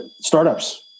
startups